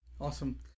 Awesome